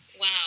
Wow